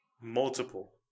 multiple